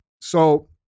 So-